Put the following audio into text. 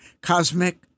Cosmic